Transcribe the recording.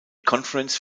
conference